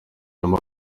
nyuma